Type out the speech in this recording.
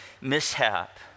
mishap